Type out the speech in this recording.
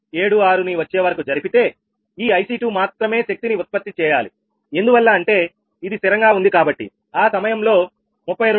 76 వచ్చేవరకు జరిపితే ఈ IC2 మాత్రమే శక్తిని ఉత్పత్తి చేయాలి ఎందువల్ల అంటే ఇది స్థిరంగా ఉంది కాబట్టి ఆ సమయంలో 32 MW